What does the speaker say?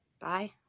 bye